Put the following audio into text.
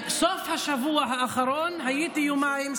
בסוף השבוע האחרון הייתי יומיים,